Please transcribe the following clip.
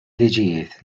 liġijiet